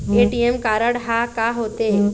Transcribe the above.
ATM card हा का होते?